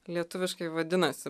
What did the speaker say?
lietuviškai vadinasi